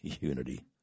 unity